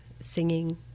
singing